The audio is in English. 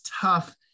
tough